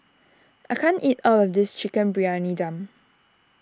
I can't eat all of this Chicken Briyani Dum